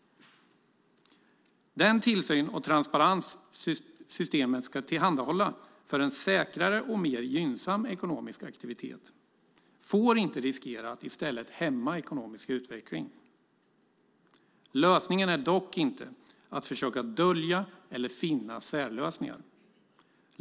Den tillsyn och transparens systemet ska tillhandahålla för en säkrare och mer gynnsam ekonomisk aktivitet får inte riskera att i stället hämma ekonomisk utveckling. Lösningen är dock inte att försöka dölja eller finna särlösningar.